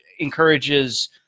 encourages –